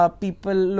people